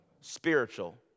spiritual